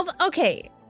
Okay